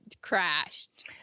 crashed